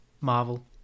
Marvel